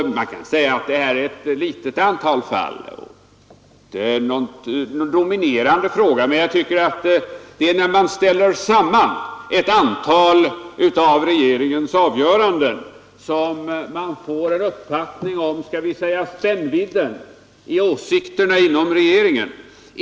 Man kan säga att det här gäller ett litet antal fall och att det inte är någon stor fråga. Men det är när vi ställer samman ett antal av regeringens avgöranden som vi får en uppfattning om, låt mig säga spännvidden i åsikterna inom regeringen.